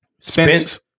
Spence